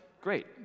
great